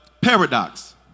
paradox